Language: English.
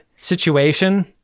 situation